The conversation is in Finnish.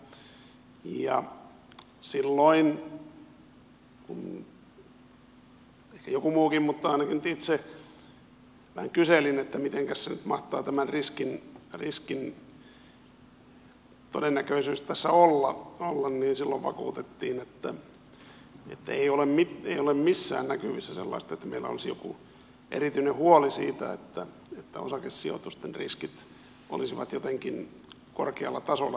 silloin ehkä joku muukin kyseli mutta ainakin itse vähän kyselin että mitenkäs se nyt mahtaa tämän riskin todennäköisyys tässä olla ja silloin vakuutettiin että ei ole missään näkyvissä sellaista että meillä olisi joku erityinen huoli siitä että osakesijoitusten riskit olisivat jotenkin korkealla tasolla tällä hetkellä